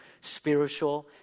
spiritual